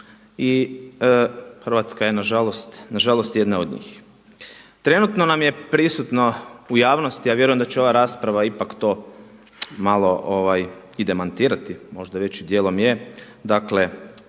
Hrvatska je nažalost jedna od njih. Trenutno nam je prisutno u javnosti, a vjerujem da će ova rasprava ipak to malo i demantirati, možda već i dijelom je,